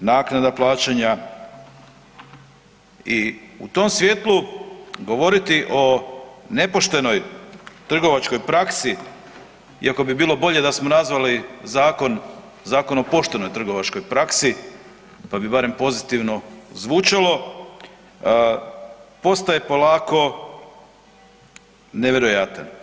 naknada plaćanja i u tom svjetlu govoriti o nepoštenoj trgovačkoj praksi iako bi bilo bolje da smo nazvali zakon „Zakon o poštenoj trgovačkoj praksi“, pa bi barem pozitivno zvučalo, postaje polako nevjerojatan.